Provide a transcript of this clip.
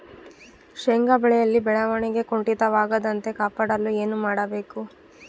ಶೇಂಗಾ ಬೆಳೆಯಲ್ಲಿ ಬೆಳವಣಿಗೆ ಕುಂಠಿತವಾಗದಂತೆ ಕಾಪಾಡಲು ಏನು ಮಾಡಬೇಕು?